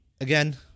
Again